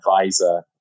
advisor